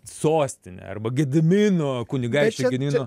sostinę arba gedimino kunigaikščio gedimino